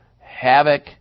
havoc